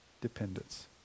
dependence